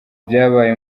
byabaye